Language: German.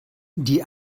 die